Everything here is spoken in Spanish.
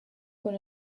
con